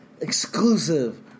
Exclusive